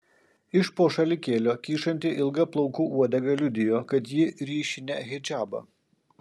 iš po šalikėlio kyšanti ilga plaukų uodega liudijo kad ji ryši ne hidžabą